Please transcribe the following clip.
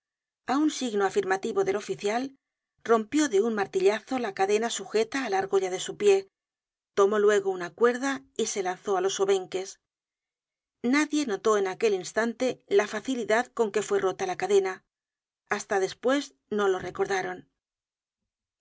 a un signo afirmativo del oficial rompió de un martillazo la cadena sujeta á la argolla de su pie tomó luego una cuerda y se lanzó á los obenques nadie notó en aquel instante la facilidad con que fue rota la cadena hasta despues no lo recordaron